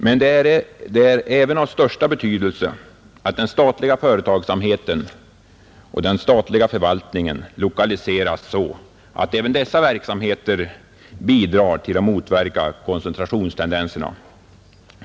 Men det är även av största betydelse att den statliga företagsamheten och den statliga förvaltningen omlokaliseras så, att även dessa verksamheter bidrar till att motverka koncentrationstendenserna.